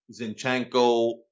Zinchenko